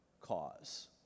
cause